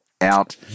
out